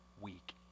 week